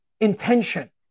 intention